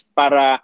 para